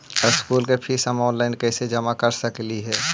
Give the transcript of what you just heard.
School के fees हम online कैसे जमा कर सक हिय?